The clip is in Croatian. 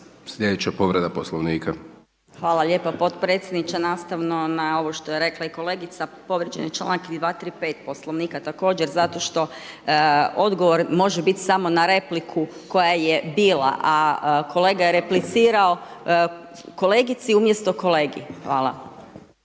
Marija (HDZ)** Hvala lijepo potpredsjedniče. Nastavno na ovo što je rekla i kolegica, povrijeđen je članak i 235. Poslovnika također zato što odgovor može biti samo na repliku koja je bila a kolega je replicirao kolegici umjesto kolegi. Hvala.